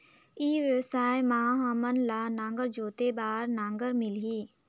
ई व्यवसाय मां हामन ला नागर जोते बार नागर मिलही?